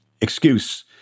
excuse